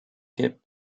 get